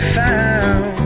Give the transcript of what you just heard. found